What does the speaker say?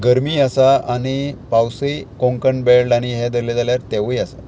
गर्मी आसा आनी पावसूय कोंकण बेल्ट आनी हें धरलें जाल्यार तेवूय आसा